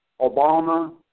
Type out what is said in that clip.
Obama